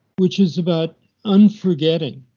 which is about unforgetting,